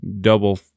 Double